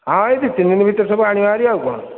ହଁ ଏଇ ଦି ତିନି ଦିନ ଭିତରେ ସବୁ ଆଣିବା ହାରି ଆଉ କ'ଣ